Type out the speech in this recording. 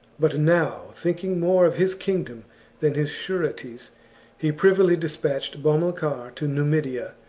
but now, thinking more of his kingdom than his sureties he privily despatched bomilcar to numidia,